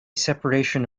separation